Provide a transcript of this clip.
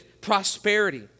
prosperity